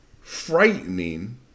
frightening